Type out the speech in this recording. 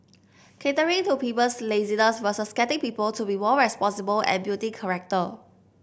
catering to people's laziness versus getting people to be more responsible and building character